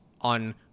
on